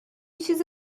چیز